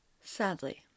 Sadly